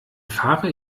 fahre